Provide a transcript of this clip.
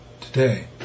Today